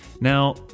Now